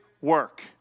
work